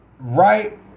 right